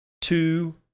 two